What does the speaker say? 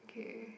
okay